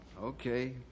Okay